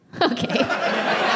Okay